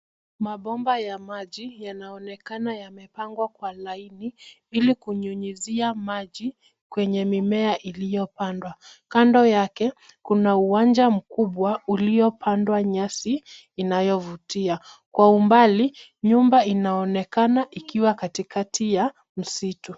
Mabomba ya maji yanaonekana yamepangwa kwa laini ili kunyunyuzia maji kwenye mimea iliyopandwa. Kando yake kuna uwanja mkubwa uliopandwa nyasi inayovutia. Kwa umbali nyumba inaonekana ikiwa katikati ya msitu.